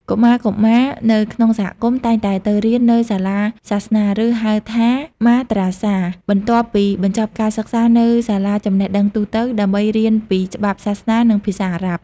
កុមារៗនៅក្នុងសហគមន៍តែងតែទៅរៀននៅសាលាសាសនា ឬ ហៅថា Madrasa បន្ទាប់ពីបញ្ចប់ការសិក្សានៅសាលាចំណេះដឹងទូទៅ ដើម្បីរៀនពីច្បាប់សាសនា និងភាសាអារ៉ាប់។